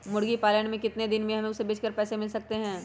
मुर्गी पालने से कितने दिन में हमें उसे बेचकर पैसे मिल सकते हैं?